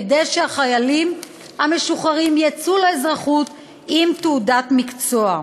כדי שהחיילים המשוחררים יצאו לאזרחות עם תעודת מקצוע.